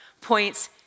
points